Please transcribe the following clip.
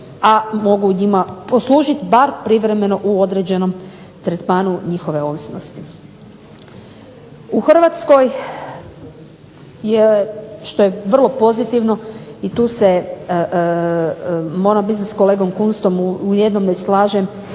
a mogu njima poslužiti bar u određenom tretmanu njihove ovisnosti. U Hrvatskoj što je vrlo pozitivno i tu se moram ... s kolegom Kunstom u jednom ne slažem